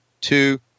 two